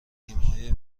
تیمهای